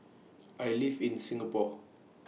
I live in Singapore